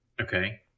Okay